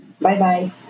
Bye-bye